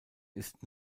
ist